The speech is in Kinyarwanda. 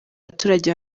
abaturage